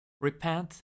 Repent